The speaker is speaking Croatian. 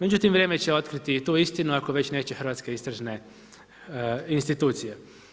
Međutim vrijeme će otkriti tu istinu, ako već neće hrvatske istražne institucije.